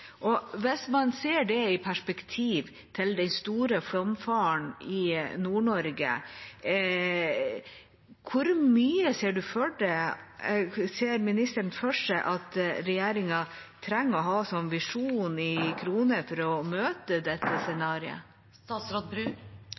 Hvis man ser det i relasjon til den store flomfaren i Nord-Norge, hvor mye penger ser ministeren for seg at regjeringa trenger å ha en visjon om for å møte dette